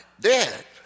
dead